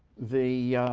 the